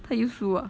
他又输 ah